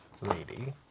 lady